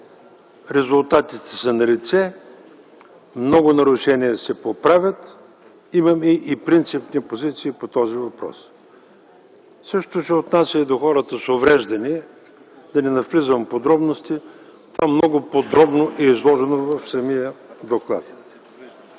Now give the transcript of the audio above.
Резултатите са налице. Много нарушения се поправят. Имаме и принципни позиции по този въпрос. Същото се отнася и до хората с увреждания. Да не навлизам в подробности. Това много подробно е изложено в доклада.